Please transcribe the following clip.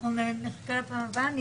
אנחנו נחכה לפעם הבאה.